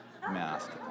mask